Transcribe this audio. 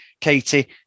Katie